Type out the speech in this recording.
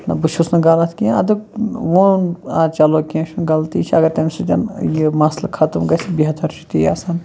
نہَ بہٕ چھُس نہٕ غلط کیٚنٛہہ اَدٕ ووٚنُن آ چَلو کیٚنٛہہ چھُنہٕ غلطی چھِ اَگر تَمہِ سٟتۍ یہِ مسلہٕ ختٕم گَژھِ بہتَر چھُ تی آسان